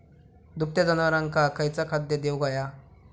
दुभत्या जनावरांका खयचा खाद्य देऊक व्हया?